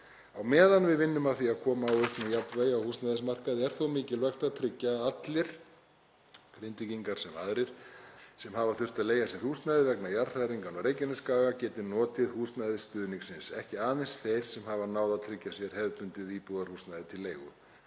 Á meðan við vinnum að því að koma á auknu jafnvægi á húsnæðismarkaði er þó mikilvægt að tryggja að allir Grindvíkingar sem hafa þurft að leigja sér húsnæði vegna jarðhræringanna á Reykjanesskaga geti notið húsnæðisstuðningsins, ekki aðeins þeir sem hafa náð að tryggja sér hefðbundið íbúðarhúsnæði til leigu.